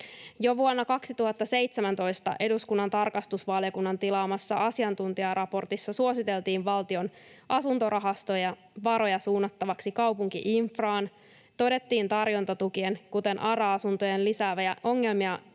Jo vuonna 2017 eduskunnan tarkastusvaliokunnan tilaamassa asiantuntijaraportissakin suositeltiin Valtion asuntorahaston varoja suunnattavaksi kaupunki-infraan, [Pia Viitasen välihuuto] todettiin tarjontatukien kuten ARA-asuntojen lisäävän ongelmia